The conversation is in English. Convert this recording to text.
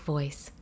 Voice